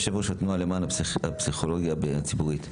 יושבת ראש התנועה למען הפסיכולוגיה הציבורית.